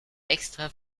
extra